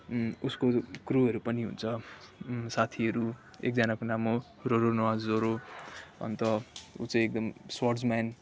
उसको क्रुहरू पनि हुन्छ साथीहरू एकजनाको नाम हो रोरोनोवा जोरो अन्त ऊ चाहिँ एकदम स्वर्ड्समेन